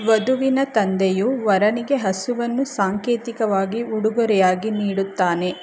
ವಧುವಿನ ತಂದೆಯು ವರನಿಗೆ ಹಸುವನ್ನು ಸಾಂಕೇತಿಕವಾಗಿ ಉಡುಗೊರೆಯಾಗಿ ನೀಡುತ್ತಾನೆ